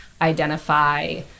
identify